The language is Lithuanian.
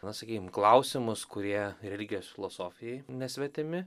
na sakykim klausimus kurie religijos filosofijai nesvetimi